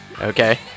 Okay